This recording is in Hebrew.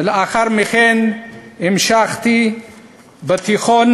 ולאחר מכן המשכתי בתיכון,